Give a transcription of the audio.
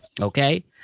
okay